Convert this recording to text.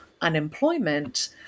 unemployment